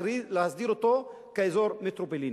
להסדיר אותו כאזור מטרופוליני.